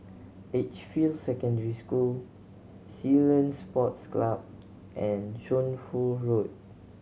Edgefield Secondary School Ceylon Sports Club and Shunfu Road